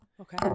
Okay